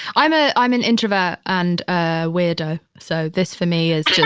i'm a, i'm an introvert and ah weirdo. ah so this for me is